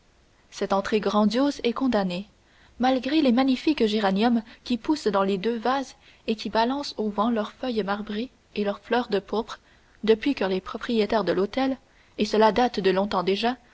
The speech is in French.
cette entrée grandiose est condamnée malgré les magnifiques géraniums qui poussent dans les deux vases et qui balancent au vent leurs feuilles marbrées et leurs fleurs de pourpre depuis que les propriétaires de l'hôtel et cela date de longtemps déjà